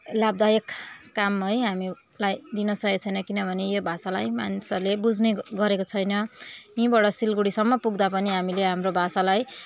लाभदायक काम है हामीलाई दिन सकेको छैन किनभने यो भाषालाई मानिसहरूले बुझ्ने गरेको छैन यहीँबाट सिलगढीसम्म पुग्दा पनि हामीले हाम्रो भाषालाई